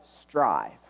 strive